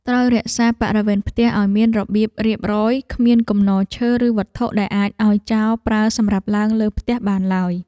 ត្រូវរក្សាបរិវេណផ្ទះឱ្យមានរបៀបរៀបរយគ្មានគំនរឈើឬវត្ថុដែលអាចឱ្យចោរប្រើសម្រាប់ឡើងលើផ្ទះបានឡើយ។